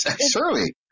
surely